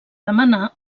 demanar